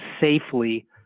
safely